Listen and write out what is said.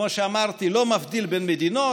כמו שאמרתי, לא מבדיל בין מדינות.